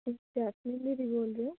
ਤੁਸੀਂ ਜੈਸਮੀਨ ਦੀਦੀ ਬੋਲ ਰਹੇ ਹੋ